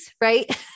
right